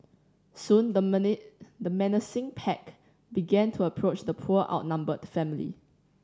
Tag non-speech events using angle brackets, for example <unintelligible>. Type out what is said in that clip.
soon the <unintelligible> menacing pack began to approach the poor outnumbered family